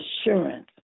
assurance